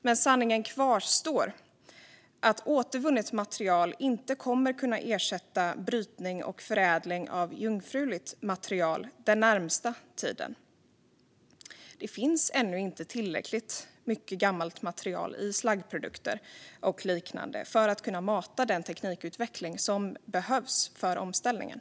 Men sanningen kvarstår: återvunnet material kommer inte att kunna ersätta brytning och förädling av jungfruligt material den närmaste tiden. Det finns ännu inte tillräckligt mycket gammalt material i slaggprodukter och liknande för att kunna mata den teknikutveckling som behövs för omställningen.